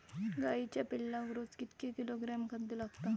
गाईच्या पिल्लाक रोज कितके किलोग्रॅम खाद्य लागता?